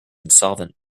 insolvent